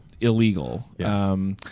Illegal